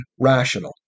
rational